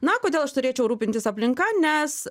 na kodėl aš turėčiau rūpintis aplinka nes